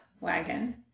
wagon